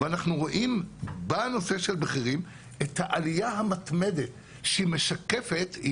ואנחנו רואים בנושא של בכירים את העלייה המתמדת שהיא משקפת את